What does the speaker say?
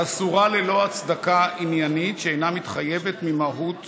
אסורה ללא הצדקה עניינית שאינה מתחייבת ממהות השירות.